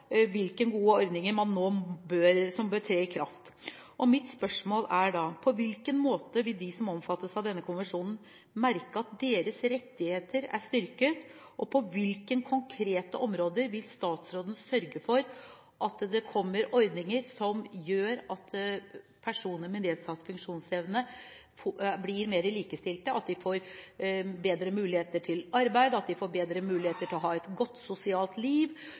hvilken måte vil de som omfattes av denne konvensjonen, merke at deres rettigheter er styrket, og på hvilke konkrete områder vil statsråden sørge for at det kommer ordninger som gjør at personer med nedsatt funksjonsevne, blir mer likestilte, at de får bedre muligheter til arbeid, at de får bedre muligheter til å ha et godt sosialt liv,